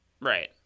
Right